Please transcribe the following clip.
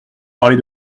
parler